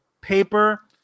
Paper